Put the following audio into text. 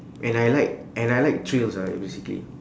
and I like and I like thrills ah basically